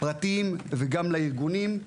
לפרטיים, וגם לארגונים.